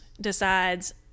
decides